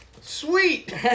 Sweet